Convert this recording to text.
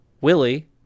Willie